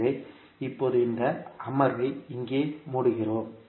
எனவே இப்போது இன்றைய அமர்வை இங்கே மூடுகிறோம்